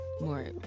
more